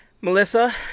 Melissa